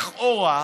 לכאורה,